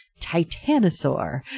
Titanosaur